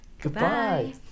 Goodbye